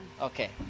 Okay